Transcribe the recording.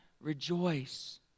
rejoice